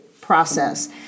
process